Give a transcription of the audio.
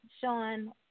Sean